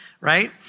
right